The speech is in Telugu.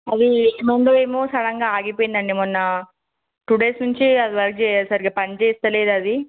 మరీ ఏమైందో ఏమో సడన్గా ఆగిపోయింది అండి మొన్నా టూ డేస్ నుంచీ అది వర్క్ చేయ చేస్తే సరిగ్గా పని చేస్తేలేదు అదీ